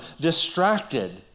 distracted